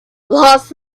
last